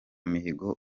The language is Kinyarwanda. mihigo